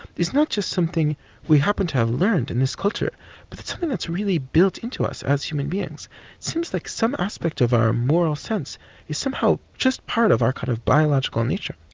is not just something we happen to have learned in this culture, but it's something that's really built into us as human beings. it seems like some aspect of our moral sense is somehow just part of our kind of biological nature.